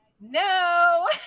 no